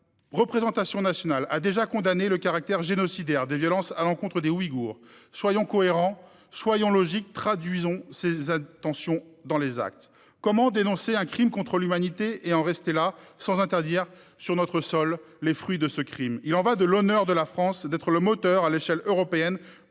La représentation nationale a déjà condamné le « caractère génocidaire » des violences à l'encontre des Ouïghours. Soyons cohérents et logiques en traduisant ces intentions dans les actes. Comment dénoncer un crime contre l'humanité sans interdire sur notre sol les fruits de ce crime ? Il y va de l'honneur de la France d'être le moteur, à l'échelle européenne,